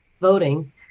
voting